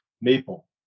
maple